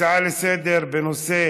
הצעה לסדר-היום בנושא